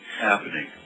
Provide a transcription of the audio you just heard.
happening